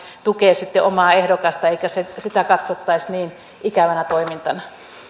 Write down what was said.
tukee sitten omaa ehdokastaan eikä sitä katsottaisi niin ikävänä toimintana